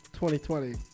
2020